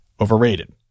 overrated